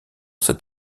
cet